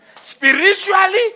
spiritually